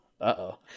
Uh-oh